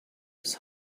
his